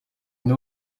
une